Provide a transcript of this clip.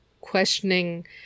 questioning